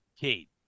Kate